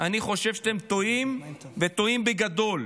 אני חושב שאתם טועים, וטועים בגדול.